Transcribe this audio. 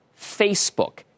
Facebook